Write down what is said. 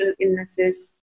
illnesses